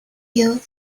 you